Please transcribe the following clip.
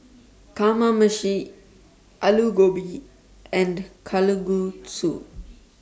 Kamameshi Alu Gobi and Kalguksu